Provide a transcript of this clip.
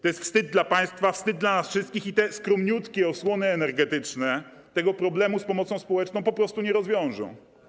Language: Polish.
To jest wstyd dla państwa, wstyd dla nas wszystkich i te skromniutkie osłony energetyczne tego problemu z pomocą społeczną po prostu nie rozwiążą.